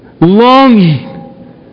longing